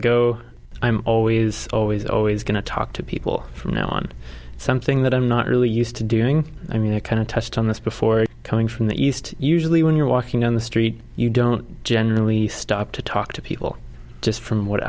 go i'm always always always going to talk to people from now on something that i'm not really used to doing i mean i kind of touched on this before coming from the east usually when you're walking on the street you don't generally stop to talk to people just from what